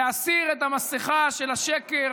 להסיר את המסכה של השקר